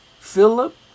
Philip